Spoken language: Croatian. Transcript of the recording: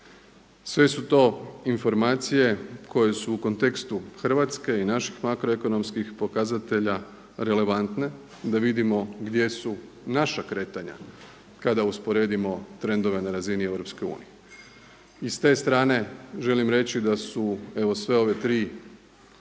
Sve su to informacije koje su u kontekstu Hrvatske i naših makroekonomskih pokazatelja relevantne da vidimo gdje su naša kretanja kada usporedimo trendove na razini EU. I s te strane želim reći da su, evo sve ove tri